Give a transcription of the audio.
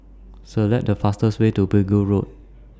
Select The fastest Way to Pegu Road